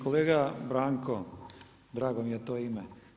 Kolega Branko drago mi je u to ime.